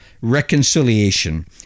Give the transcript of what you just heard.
reconciliation